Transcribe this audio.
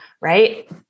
right